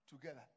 together